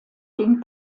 den